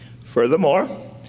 Furthermore